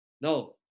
No